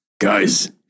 Guys